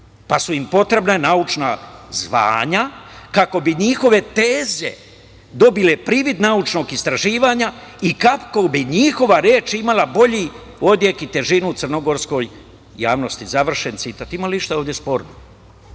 pa su im potrebna naučna zvanja kako bi njihove teze dobile privid naučnog istraživanja i … koja bi njihova reč imala bolji odjek i težinu crnogorskoj javnosti.“ Završen citat. Da li ima nešto sporno?